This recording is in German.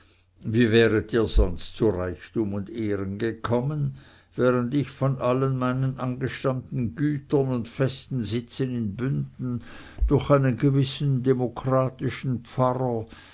wie wäret ihr sonst zu reichtum und ehren gekommen während ich von allen meinen angestammten gütern und festen sitzen in bünden durch einen gewissen demokratischen pfarrer